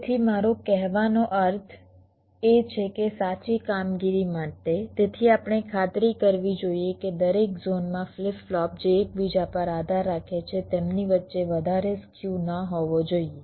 તેથી મારો કહેવાનો અર્થ એ છે કે સાચી કામગીરી માટે તેથી આપણે ખાતરી કરવી જોઈએ કે દરેક ઝોન માં ફ્લિપ ફ્લોપ જે એકબીજા પર આધાર રાખે છે તેમની વચ્ચે વધારે સ્ક્યુ ન હોવો જોઈએ